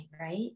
right